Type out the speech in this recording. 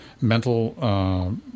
mental